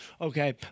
okay